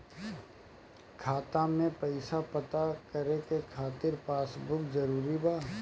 खाता में पईसा पता करे के खातिर पासबुक जरूरी बा?